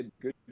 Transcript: good